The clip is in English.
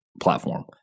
platform